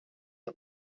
you